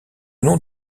nom